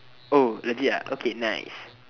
oh legit ah okay nice